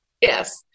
yes